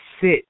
sit